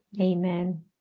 Amen